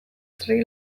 sri